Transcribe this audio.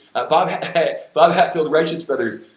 bob bob hatfield, righteous brothers.